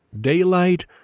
daylight